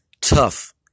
tough